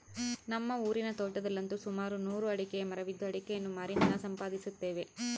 ನಮ್ಮ ಊರಿನ ತೋಟದಲ್ಲಂತು ಸುಮಾರು ನೂರು ಅಡಿಕೆಯ ಮರವಿದ್ದು ಅಡಿಕೆಯನ್ನು ಮಾರಿ ಹಣ ಸಂಪಾದಿಸುತ್ತೇವೆ